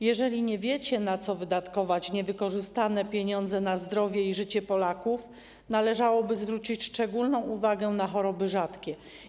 Jeżeli nie wiecie, na co wydatkować niewykorzystane pieniądze na zdrowie i życie Polaków, należałoby zwrócić szczególną uwagę na choroby rzadkie.